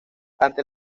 ante